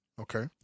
okay